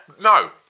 no